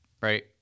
right